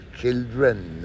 children